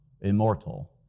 immortal